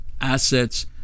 assets